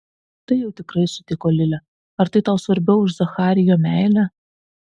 tai jau tikrai sutiko lilė ar tai tau svarbiau už zacharijo meilę